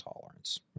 tolerance